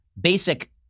basic